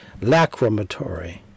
Lacrimatory